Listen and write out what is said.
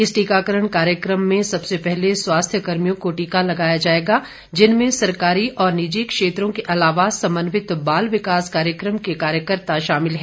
इस टीकाकरण कार्यक्रम में सबसे पहले स्वास्थ्य कर्मियों को टीका लगाया जाएगा जिनमें सरकारी और निजी क्षेत्रों के अलावा समन्वित बाल विकास कार्यक्रम के कार्यकर्ता शामिल हैं